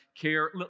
care